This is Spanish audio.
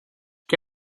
que